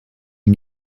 had